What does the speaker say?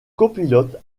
copilote